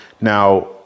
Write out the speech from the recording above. now